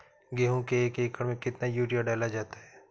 गेहूँ के एक एकड़ में कितना यूरिया डाला जाता है?